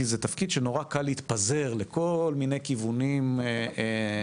כי זה תפקיד שמאוד קל להתפזר לכל מיני כיוונים אחרים,